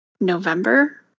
November